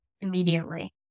immediately